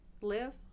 live